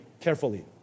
carefully